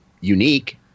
unique